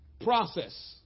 Process